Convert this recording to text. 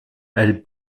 elle